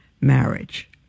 marriage